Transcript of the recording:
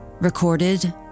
Recorded